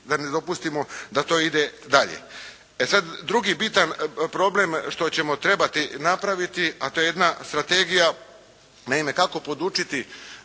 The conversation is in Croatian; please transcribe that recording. da ne dopustimo da to ide dalje. Drugi bitan problem što ćemo trebati napraviti to je jedna strategija, kako podučiti,